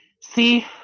See